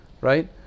right